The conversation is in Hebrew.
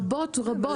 רבות, רבות.